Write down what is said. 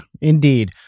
indeed